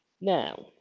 now